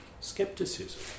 Skepticism